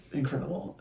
incredible